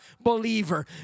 believer